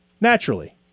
naturally